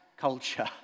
culture